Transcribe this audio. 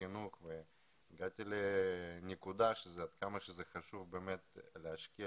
הגעתי לנקודה ואני מבין כמה חשוב להשקיע